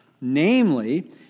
Namely